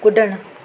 कुॾणु